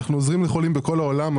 אנו עוזרים לחולים בכל העולם,